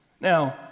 Now